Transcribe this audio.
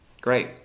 great